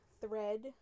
thread